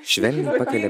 švelniai pakelia